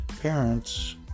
parents